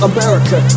America